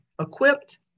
equipped